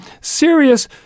serious